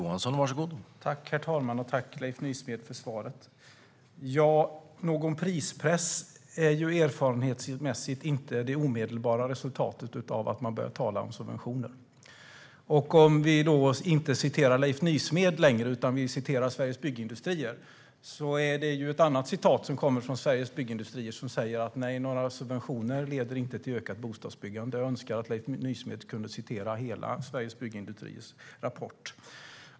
Herr talman! Jag tackar Leif Nysmed för svaret. Prispress är erfarenhetsmässigt inte det omedelbara resultatet av att man börjar tala om subventioner. Om vi upphör att citera Leif Nysmed finns det ett annat citat som kommer från Sveriges Byggindustrier. De säger att subventioner inte leder till ökat bostadsbyggande. Jag önskar att Leif Nysmed kunde citera hela deras rapport.